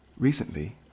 Recently